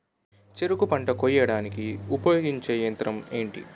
చెరుకు పంట కోయడానికి ఉపయోగించే యంత్రం ఎంటి?